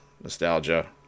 nostalgia